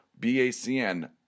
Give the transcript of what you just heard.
BACN